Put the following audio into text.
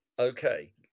Okay